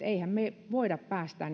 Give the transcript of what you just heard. emmehän me voi päästää